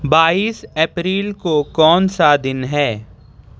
بائیس اپریل کو کون سا دن ہے